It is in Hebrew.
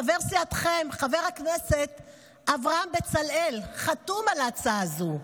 חבר סיעתכם חבר הכנסת אברהם בצלאל חתום על ההצעה הזו.